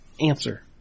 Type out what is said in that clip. answer